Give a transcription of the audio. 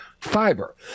Fiber